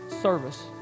service